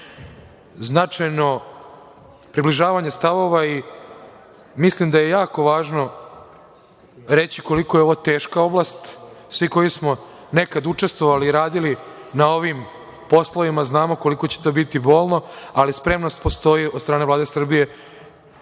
značajno približavanje stavova i mislim da je jako važno reći koliko je ovo teška oblast. Svi koji smo nekad učestvovali i radili na ovim poslovima, znamo koliko će to biti bolno, ali spremnost postoji od strane Vlade Srbije